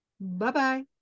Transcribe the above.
Bye-bye